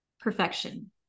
perfection